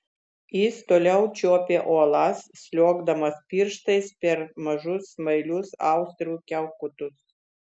jis toliau čiuopė uolas sliuogdamas pirštais per mažus smailius austrių kiaukutus